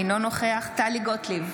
אינו נוכח טלי גוטליב,